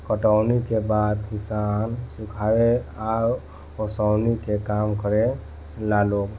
कटनी के बाद किसान सुखावे आ ओसावे के काम करेला लोग